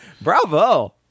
bravo